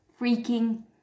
freaking